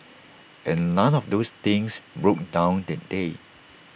and none of those things broke down that day